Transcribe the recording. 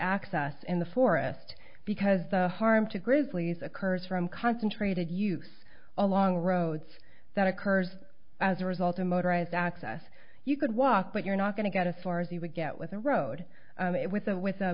access in the forest because the harm to grizzlies occurs from concentrated use along roads that occurs as a result a motorized access you could walk but you're not going to get as far as you would get with a road with a with a